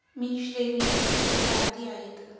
मी श्रेणीची पिके पाहिली आहेत